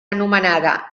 anomenada